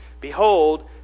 behold